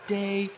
day